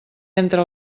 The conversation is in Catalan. entra